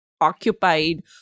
occupied